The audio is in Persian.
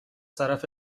طرف